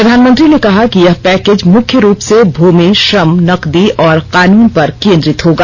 प्रधानमंत्री ने कहा कि यह पैकेज मुख्य रूप से भूमि श्रम नकदी और कानून पर केन्द्रित होगा